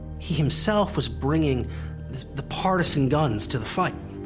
he himself was bringing the partisan guns to the fight.